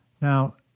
Now